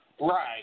right